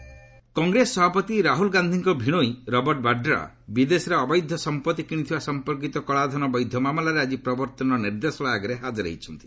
ED Vadra Congress ସଭାପତି ରାହୁଲ୍ ଗାନ୍ଧିଙ୍କ ଭିଶୋଇ ରବର୍ଟ ବାଡ୍ରା ବିଦେଶରେ ଅବୈଧ ସମ୍ପତ୍ତି କିଣିଥିବା ସମ୍ପର୍କିତ କଳାଧନ ବୈଧ ମାମଲାରେ ଆଜି ପ୍ରବର୍ତ୍ତନ ନିର୍ଦ୍ଦେଶାଳୟ ଆଗରେ ହାଜର ହୋଇଛନ୍ତି